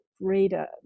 reader